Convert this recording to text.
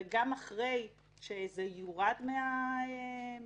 וגם אחרי שזה יורד מהמאגר,